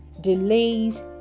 delays